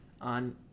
on